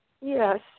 Yes